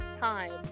time